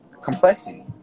complexity